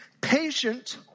patient